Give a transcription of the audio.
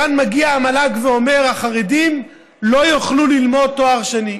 כאן מגיע המל"ג ואומר: החרדים לא יוכלו ללמוד תואר שני.